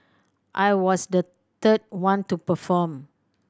I was the third one to perform